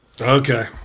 Okay